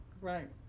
right